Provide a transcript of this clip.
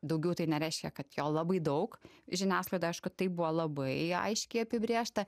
daugiau tai nereiškia kad jo labai daug žiniasklaidoj aišku tai buvo labai aiškiai apibrėžta